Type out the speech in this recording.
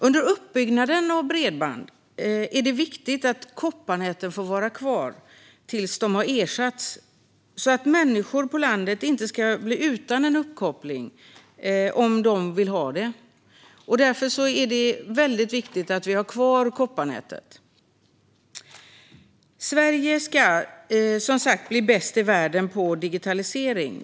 Under uppbyggnaden av bredband är det viktigt att kopparnäten får vara kvar så att människor på landet inte blir utan uppkoppling, om de vill ha det. Sverige ska som sagt bli bäst i världen på digitalisering.